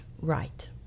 Right